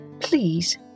please